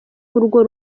urwo